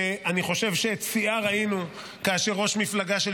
שאני חושב שאת שיאה ראינו כאשר ראש מפלגה של